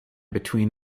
between